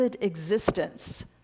existence